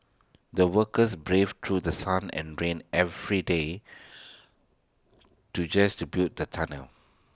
the workers braved through sun and rain every day to just to build the tunnel